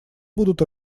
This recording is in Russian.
будут